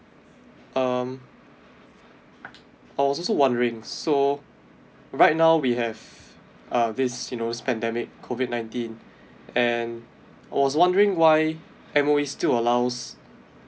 um I was also wondering so right now we have uh this you know pandemic COVID nineteen and I was wondering why M_O_E still allows my child to go back to school when the there's when there's a rise of uh community cases everyday